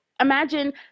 imagine